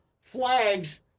flags